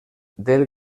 del